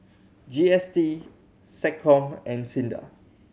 G S T SecCom and SINDA